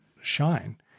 shine